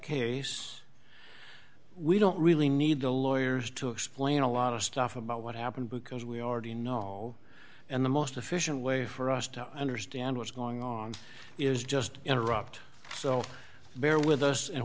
case we don't really need the lawyers to explain a lot of stuff about what happened because we already know and the most efficient way for us to understand what's going on is just interrupt so bear with us and